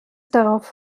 darauf